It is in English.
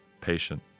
patient